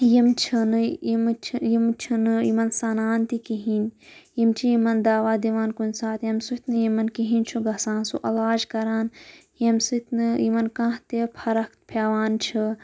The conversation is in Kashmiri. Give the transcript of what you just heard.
یِم چھِ نہٕ یِم چھِ یِم چھِ نہٕ یِمَن سَنان تہِ کِہیٖنٛۍ یِم چھِ یِمَن دَوا دِوان کُنہِ ساتہٕ ییٚمہِ سۭتۍ نہٕ یِمَن کِہیٖنٛۍ چھُ گَژھان سُہ عَلاج کَران ییٚمہِ سۭتۍ نہٕ یِمَن کانٛہہ تہِ فرَق پٮ۪وان چھُ